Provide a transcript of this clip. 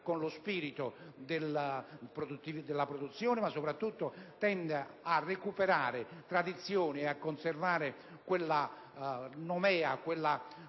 con lo spirito della produzione e soprattutto tenda a recuperare la tradizione e a conservare la fama di